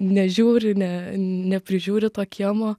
nežiūri ne neprižiūri to kiemo